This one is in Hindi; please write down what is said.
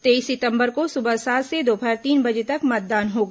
तेईस सितंबर को सुबह सात से दोपहर तीन बजे तक मतदान होगा